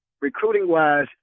recruiting-wise